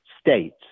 states